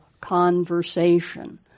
conversation